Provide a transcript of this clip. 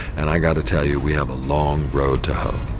and i've got to tell you we have a long road to hoe.